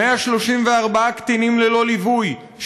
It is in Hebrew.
134 קטינים ללא ליווי,